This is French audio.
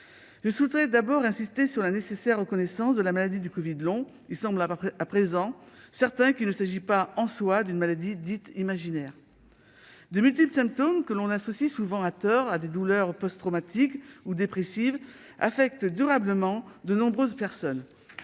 Tout d'abord, j'insisterai sur la nécessaire reconnaissance du covid long. Il semble à présent certain qu'il ne s'agit pas, en soi, de l'une de ces maladies dites « imaginaires ». De multiples symptômes, que l'on associe souvent à tort à des douleurs post-traumatiques ou dépressives, affectent durablement de nombreuses personnes.